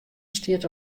stiet